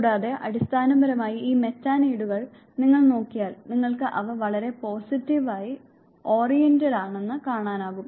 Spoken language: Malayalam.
കൂടാതെ അടിസ്ഥാനപരമായി ഈ മെറ്റാനീഡുകൾ നിങ്ങൾ നോക്കിയാൽ നിങ്ങൾക്ക് അവ വളരെ പോസിറ്റീവായി ഓറിയന്റഡ് ആണെന്ന് കാണാനാവും